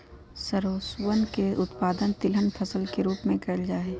सरसोवन के उत्पादन तिलहन फसल के रूप में कइल जाहई